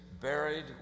buried